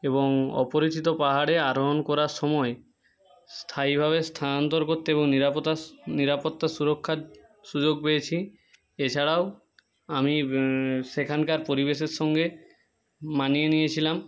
এবং অপরিচিত পাহাড়ে আরোহন করার সময় স্থায়ীভাবে স্থানান্তর করতে এবং নিরপতা নিরাপত্তার সুরক্ষার সুযোগ পেয়েছি এছাড়াও আমি সেখানকার পরিবেশের সঙ্গে মানিয়ে নিয়েছিলাম